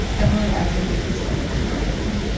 emily, i can thank you so much for joining me.